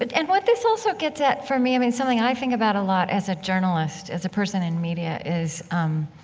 but and what this also gets at for me, i mean, something something i think about a lot, as a journalist, as a person in media, is, um,